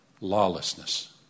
lawlessness